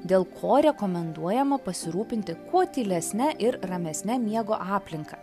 dėl ko rekomenduojama pasirūpinti kuo tylesne ir ramesne miego aplinka